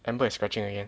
Amber is scratching again